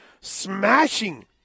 smashing